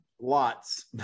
Lots